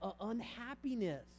unhappiness